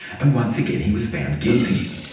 and once again he was found guilty.